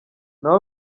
nawe